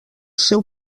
seu